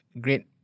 great